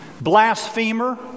blasphemer